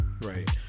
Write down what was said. Right